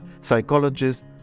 psychologists